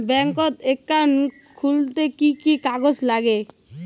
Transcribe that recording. Bank account খুলতে কি কি কাগজ লাগে?